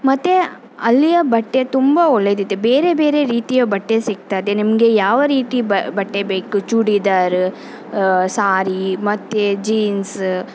ಮತ್ತೆ ಅಲ್ಲಿಯ ಬಟ್ಟೆ ತುಂಬ ಒಳ್ಳೆಯದಿದೆ ಬೇರೆ ಬೇರೆ ರೀತಿಯ ಬಟ್ಟೆ ಸಿಗ್ತದೆ ನಿಮಗೆ ಯಾವ ರೀತಿ ಬಟ್ಟೆ ಬೇಕು ಚೂಡಿದಾರ ಸಾರಿ ಮತ್ತು ಜೀನ್ಸ್